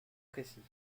précis